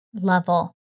Level